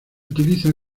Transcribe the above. utiliza